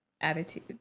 attitude